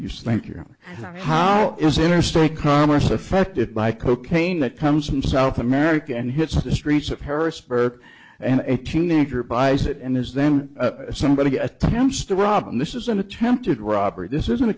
you think you know how is interstate commerce affected by cocaine that comes from south america and hits the streets of harrisburg and a teenager buys it and is then somebody attempts to rob and this is an attempted robbery this isn't a